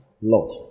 lot